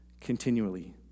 continually